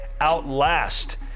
outlast